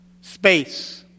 Space